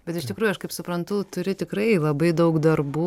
bet iš tikrųjų aš kaip suprantu turi tikrai labai daug darbų